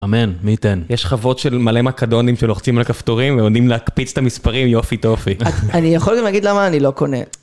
אמן, מי יתן. יש חוות של מלא מקדונים שלוחצים על הכפתורים והם יודעים להקפיץ את המספרים, יופי טופי. אני יכול גם להגיד למה אני לא קונה.